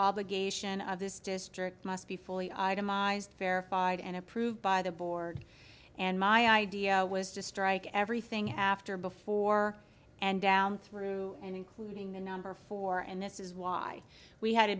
obligation of this district must be fully itemized verified and approved by the board and my idea was to strike everything after before and down through and including the number four and this is why we had a